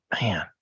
man